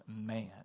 man